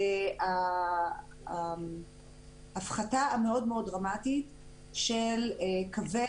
זאת ההפחתה המאוד מאוד דרמטית של קווי